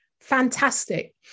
Fantastic